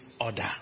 order